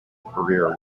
career